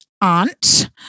aunt